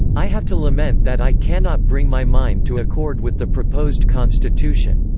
i have to lament that i cannot bring my mind to accord with the proposed constitution.